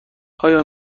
آیا